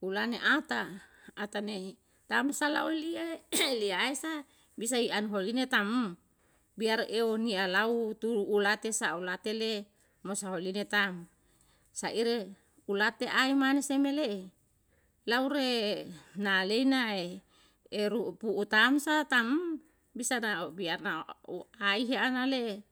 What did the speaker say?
hulane ata atane tansa lao liye liyaesa bisa ian holine tamm biar eu niyalau tu ulate sau ulatele mo sau uletaka saire ulate ai mane seme lee laure na leina ee ruputam sam tam bisana biarna u ai hanale